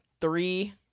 three